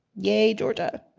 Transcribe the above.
yay, georgia.